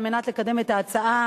על מנת לקדם את ההצעה.